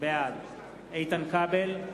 בעד איתן כבל,